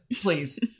please